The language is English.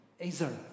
Azer